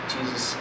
Jesus